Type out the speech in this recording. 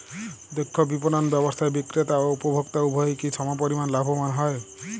দক্ষ বিপণন ব্যবস্থায় বিক্রেতা ও উপভোক্ত উভয়ই কি সমপরিমাণ লাভবান হয়?